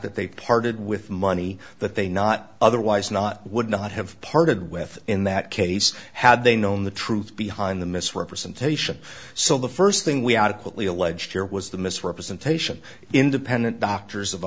that they parted with money that they not otherwise not would not have parted with in that case had they known the truth behind the misrepresentation so the first thing we adequately allege here was the misrepresentation independent doctors of